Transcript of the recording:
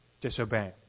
disobey